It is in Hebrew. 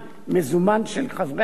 מזומן של חברי הכנסת,